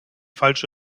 falsche